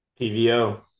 PVO